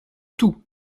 tout